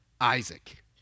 Isaac